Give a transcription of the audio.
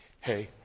hey